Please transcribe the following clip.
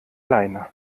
leine